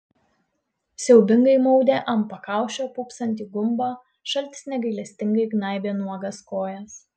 siaubingai maudė ant pakaušio pūpsantį gumbą šaltis negailestingai gnaibė nuogas kojas